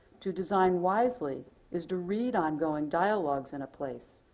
to design wisely is to read ongoing dialogues in a place,